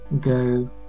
go